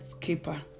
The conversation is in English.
keeper